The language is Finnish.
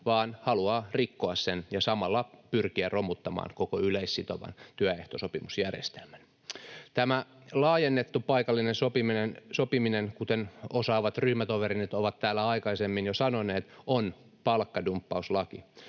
vaan haluaa rikkoa sen ja samalla pyrkiä romuttamaan koko yleissitovan työehtosopimusjärjestelmän. Tämä laajennettu paikallinen sopiminen, kuten osaavat ryhmätoverini ovat täällä aikaisemmin jo sanoneet, on palkkadumppauslaki.